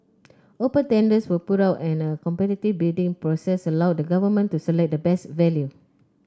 open tenders were put out and a competitive bidding process allowed the Government to select the best value